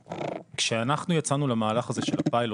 כשאנחנו יצאנו למהלך הזה של הפיילוט,